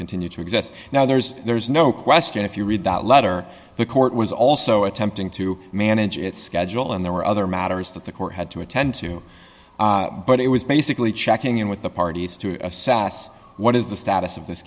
continue to exist now there's there's no question if you read that letter the court was also attempting to manage its schedule and there were other matters that the court had to attend to but it was basically checking in with the parties to sas what is the status of this